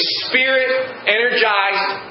spirit-energized